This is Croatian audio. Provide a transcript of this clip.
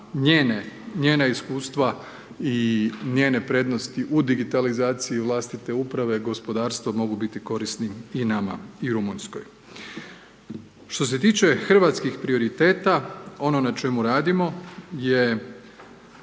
njena iskustva i njene prednosti u digitalizaciji vlastite uprave gospodarstva mogu biti korisni i nama i Rumunjskoj. Što se tiče hrvatskih prioriteta, ono na čemu radimo je